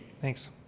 Thanks